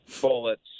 bullets